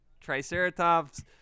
Triceratops